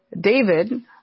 David